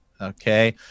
Okay